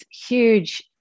huge